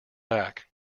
back